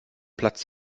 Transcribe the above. platz